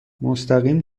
مستقیم